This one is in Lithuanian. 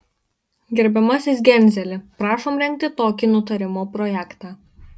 gerbiamasis genzeli prašom rengti tokį nutarimo projektą